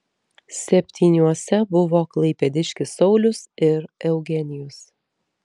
septyniuose buvo klaipėdiškis saulius ir eugenijus